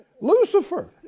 Lucifer